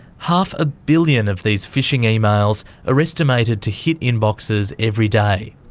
half a billion of these phishing emails are estimated to hit inboxes every day.